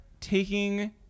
taking